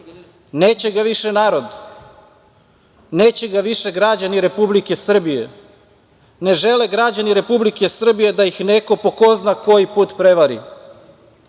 neće ga više narod, neće ga više građani Republike Srbije. Ne žele građani Republike Srbije da ih neko po ko zna koji put prevari. Sudije